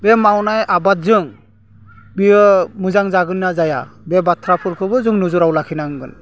बे मावनाय आबादजों बियो मोजां जागोन्ना जाया बे बाथ्राफोरखौबो जों नोजोराव लाखिनांगोन